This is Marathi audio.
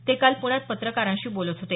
ते काल पुण्यात पत्रकारांशी बोलत होते